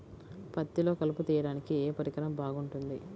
పత్తిలో కలుపు తీయడానికి ఏ పరికరం బాగుంటుంది?